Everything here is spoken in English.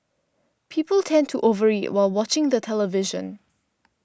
people tend to over eat while watching the television